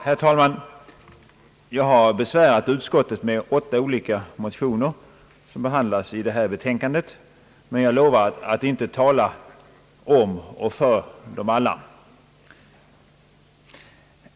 Herr talman! Jag har besvärat utskottet med åtta olika motioner som behandlas i detta utlåtande, men jag lovar att inte tala om och för dem alla.